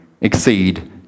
exceed